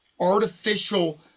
artificial